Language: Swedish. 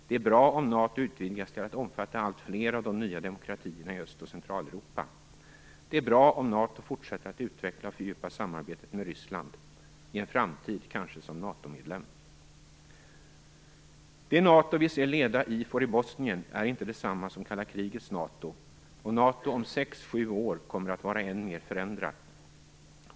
Det är bra, om NATO utvidgas till att omfatta alltfler av de nya demokratierna i Öst och Centraleuropa. Det är bra, om NATO fortsätter att utveckla och fördjupa samarbetet med Ryssland, i en framtid kanske som NATO-medlem. "Det NATO vi ser leda IFOR i Bosnien är inte detsamma som kalla krigets NATO, och NATO om sex-sju år kommer att vara än mer förändrat.